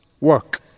work